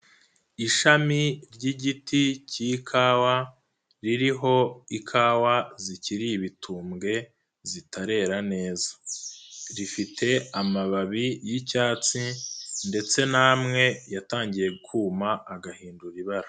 Ishami ry'igiti cy'ikawa ririho ikawa zikiri ibitumbwe zitarera neza. Rifite amababi y'icyatsi ndetse n'amwe yatangiye kuma agahindura ibara.